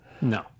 No